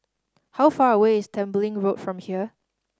how far away is Tembeling Road from here